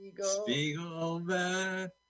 spiegelman